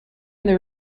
there